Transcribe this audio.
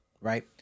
Right